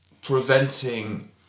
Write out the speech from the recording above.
preventing